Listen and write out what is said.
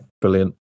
Brilliant